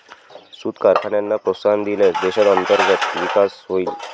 सूत कारखान्यांना प्रोत्साहन दिल्यास देशात अंतर्गत विकास होईल